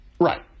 Right